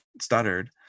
stuttered